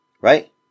right